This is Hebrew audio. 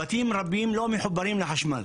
בתים רבים לא מחוברים לחשמל.